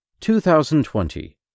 2020